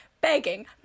begging